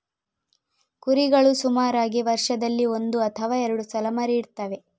ಕುರಿಗಳು ಸುಮಾರಾಗಿ ವರ್ಷದಲ್ಲಿ ಒಂದು ಅಥವಾ ಎರಡು ಸಲ ಮರಿ ಇಡ್ತವೆ